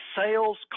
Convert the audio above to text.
Sales